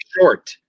Short